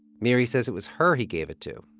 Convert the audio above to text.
miri says it was her he gave it to,